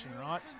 right